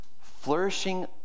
Flourishing